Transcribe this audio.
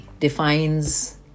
defines